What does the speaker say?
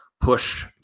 push